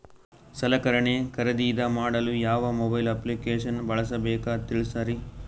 ಸಲಕರಣೆ ಖರದಿದ ಮಾಡಲು ಯಾವ ಮೊಬೈಲ್ ಅಪ್ಲಿಕೇಶನ್ ಬಳಸಬೇಕ ತಿಲ್ಸರಿ?